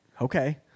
Okay